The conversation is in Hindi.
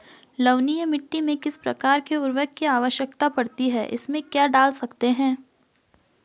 लवणीय मिट्टी में किस प्रकार के उर्वरक की आवश्यकता पड़ती है इसमें क्या डाल सकते हैं?